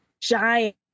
giant